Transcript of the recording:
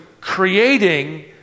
creating